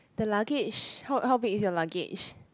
the luggage how how big is your luggage